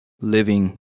living